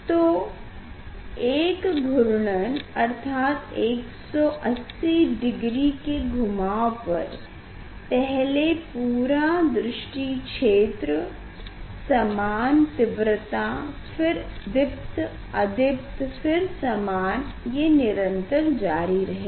तो एक घूर्णन अर्थात 180 डिग्री के घुमाव पर पहले पूरा दृष्टि क्षेत्र समान तीव्रता फिर दीप्त अदीप्त फिर समान ये निरंतर जारी रहेगा